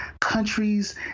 countries